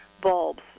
bulbs